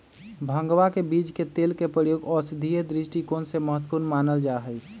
भंगवा के बीज के तेल के प्रयोग औषधीय दृष्टिकोण से महत्वपूर्ण मानल जाहई